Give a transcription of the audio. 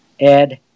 add